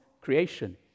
creation